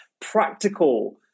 practical